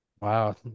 Wow